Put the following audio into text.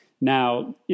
Now